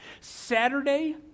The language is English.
Saturday